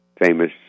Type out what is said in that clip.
famous